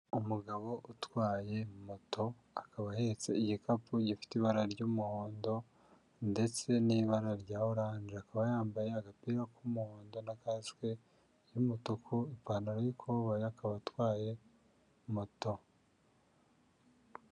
Umugabo utwaye moto akaba ahetse igikapu gifite ibara ry'umuhondo ndetse n'ibara rya oranje, akaba yambaye agapira k'umuhondo na kasike y'umutuku, ipantaro y'ikoboyi, akaba atwaye moto.